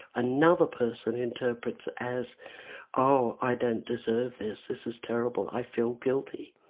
another person interprets as oh, i don't deserve this, this is terrible, i feel guilty'.